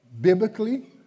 biblically